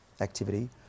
activity